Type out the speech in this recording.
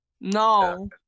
No